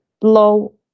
low